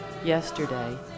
Yesterday